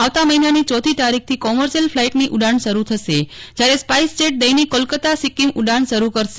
આવતા મહિનાની ચોથી તારીખથી કોમર્શિયલ ફલાઇટની ઉડાન શરૂ થશે જ્યારે સ્પાઇસ જેટ દૈનિક કોલકાતા સિક્કીમ ઉડાન શરૂ કરશે